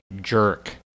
Jerk